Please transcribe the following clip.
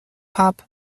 hop